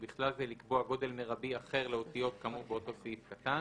ובכלל זה לקבוע גודל מרבי אחר לאותיות כאמור באותו סעיף קטן.